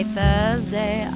Thursday